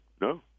no